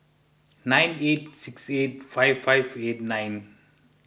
nine eight six eight five five eight nine